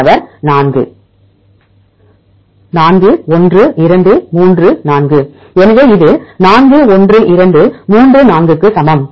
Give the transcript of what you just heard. மாணவர் 4 4 1 2 3 4 எனவே இது 4 1 2 3 4 க்கு சமம்